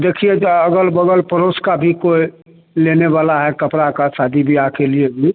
देखिएगा अगल बगल पड़ोस का भी कोई लेने वाला है कपड़ा का शादी ब्याह के लिए लिए